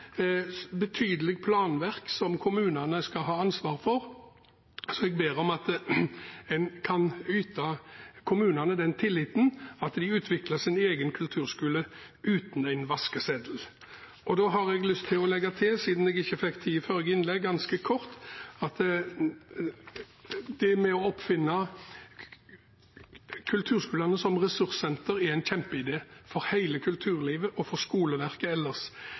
betydelig planverk som kommunene skal ha ansvar for, så jeg ber om at man kan vise kommunene den tilliten at de får utvikle sin egen kulturskole, uten en vaskeseddel. Jeg har lyst til ganske kort å legge til, siden jeg ikke fikk tid til det i forrige innlegg, at det med å oppfinne kulturskolene som ressurssenter, er en kjempeidé, både for hele kulturlivet og for skoleverket ellers.